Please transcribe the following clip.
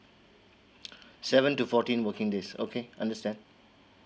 seven to fourteen working days okay understand